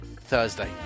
Thursday